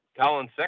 Colin